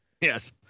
Yes